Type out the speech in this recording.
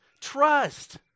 trust